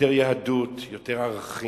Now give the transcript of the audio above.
יותר יהדות, יותר ערכים,